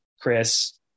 Chris